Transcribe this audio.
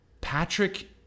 Patrick